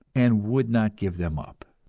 and would not give them up?